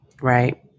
Right